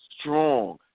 strong